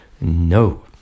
No